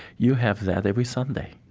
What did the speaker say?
you have that every sunday,